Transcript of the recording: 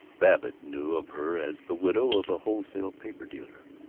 babbitt knew of her as the widow of a wholesale paper-dealer.